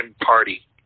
party